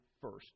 first